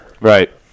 Right